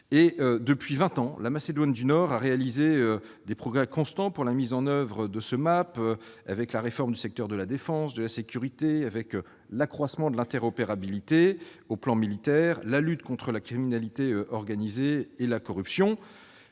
Depuis vingt ans, la Macédoine du Nord a réalisé des progrès constants pour la mise en oeuvre du MAP : je pense à la réforme des secteurs de la défense et de la sécurité, à l'accroissement de l'interopérabilité au plan militaire, ou encore à la lutte contre la criminalité organisée et la corruption.